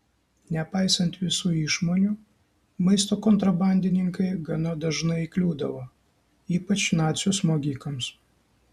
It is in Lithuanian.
nepaisant visų išmonių maisto kontrabandininkai gana dažnai įkliūdavo ypač nacių smogikams